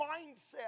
mindset